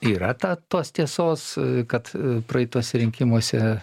yra ta tos tiesos kad praeituose rinkimuose